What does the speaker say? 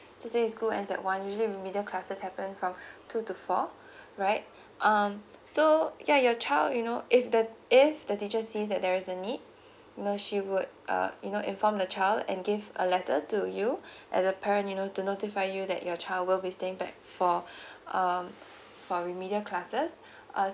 and that one usually mid day classes happen from two to four right um so yeah your child you know if the if the teacher sees that there is a need you know she would uh you know inform the child and give a letter to you as a parent you know to notify you that your child will be staying back for um for remedial classes uh